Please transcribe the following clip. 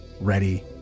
ready